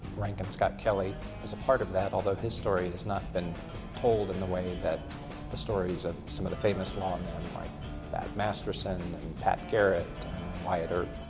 rankin scott kelley is a part of that, although his story has not been told in the way that the stories of some of the famous lawmen like bat masterson and pat garrett and wyatt earp.